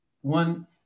one